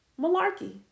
Malarkey